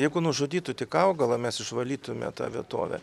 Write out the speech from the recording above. jeigu nužudytų tik augalą mes išvalytume tą vietovę